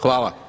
Hvala.